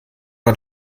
man